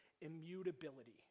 immutability